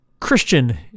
christian